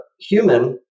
human